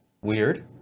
Weird